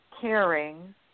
caring